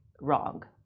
wrong